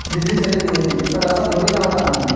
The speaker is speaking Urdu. بجلی چلی گئی سر ایسا تھوڑی نہ ہوتا ہے